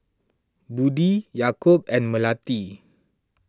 Budi Yaakob and Melati